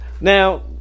Now